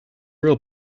real